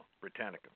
Britannica